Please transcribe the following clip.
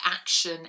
action